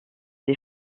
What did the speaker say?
des